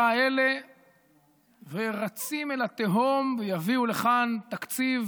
האלה ורצים אל התהום ויביאו לכאן תקציב,